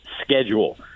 schedule